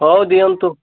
ହଉ ଦିଅନ୍ତୁ